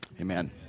Amen